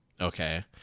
Okay